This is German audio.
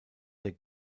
der